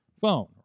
phone